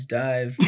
dive